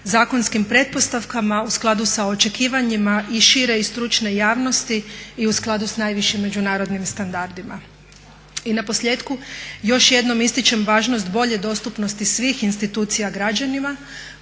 zakonskim pretpostavkama u skladu sa očekivanjima i šire i stručne javnosti i u skladu sa najvišim međunarodnim standardima. I na posljetku još jednom ističem važnost bolje dostupnosti svih institucija građanima,